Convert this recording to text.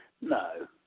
no